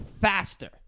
Faster